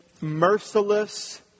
merciless